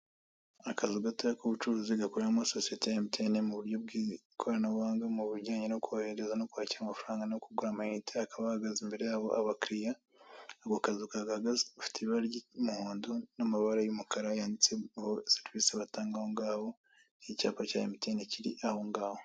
Akazu gatoya k'ubucuruzi gakoreramo sosiyete ya emutiyeni mu buryo bw'ikoranabuhanga mu bujyanye no kohereza no kwakira amafaranga no kugura amayinite, hakaba hahagaze imbere yabo abakiliya, ako kazu kakaba gafite ibara ry'umuhondo n'amabara y'umukara yanditseho serivise batanga aho ngaho, n'icyapa cya emutiyeni kiri aho ngaho.